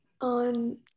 On